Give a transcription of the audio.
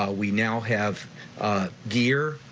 ah we now have gear,